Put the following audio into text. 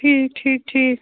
ٹھیٖک ٹھیٖک ٹھیٖک